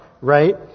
Right